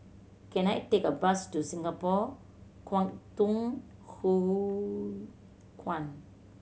can I take a bus to Singapore Kwangtung Hui Kuan